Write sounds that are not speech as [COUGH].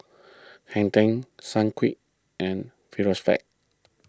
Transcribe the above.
Hang ten Sunquick and [UNINTELLIGIBLE]